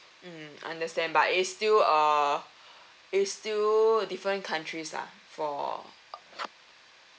mmhmm understand but it's still uh it's still different countries lah for